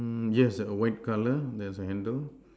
mm yes white colour there's a handle